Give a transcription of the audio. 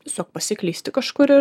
tiesiog pasiklysti kažkur ir